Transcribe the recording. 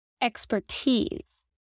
expertise